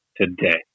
today